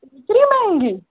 एतिरी महांगी